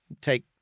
take